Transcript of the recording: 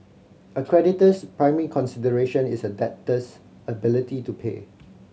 a creditor's primary consideration is a debtor's ability to pay